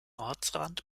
ortsrand